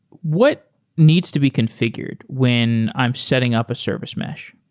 what needs to be configured when i'm setting up a service mesh?